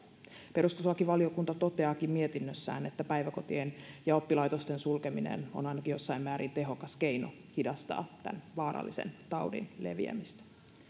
perustuslakivaliokunta toteaakin mietinnössään että päiväkotien ja oppilaitosten sulkeminen on ainakin jossain määrin tehokas keino hidastaa tämän vaarallisen taudin leviämistä